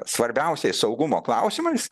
svarbiausiais saugumo klausimais